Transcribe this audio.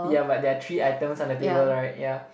yeah but there are three items on the table right yeah